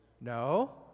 No